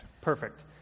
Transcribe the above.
Perfect